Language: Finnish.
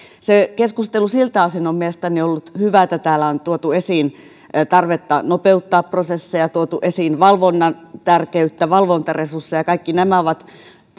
keskustelu siltä osin on mielestäni ollut hyvää että täällä on tuotu esiin tarvetta nopeuttaa prosesseja ja tuotu esiin valvonnan tärkeyttä valvontaresursseja kaikki nämä ovat